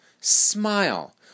smile